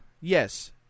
yes